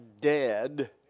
dead